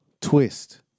Twist